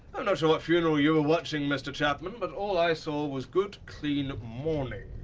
and sure what funeral you were watching, mr chapman, but all i saw was good clean mourning.